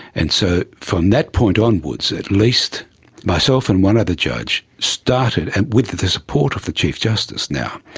and so from that point onwards, at least myself and one other judge started, and with the support of the chief justice now,